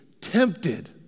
tempted